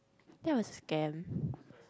that was scam